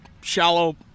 shallow